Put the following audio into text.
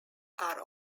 are